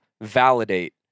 validate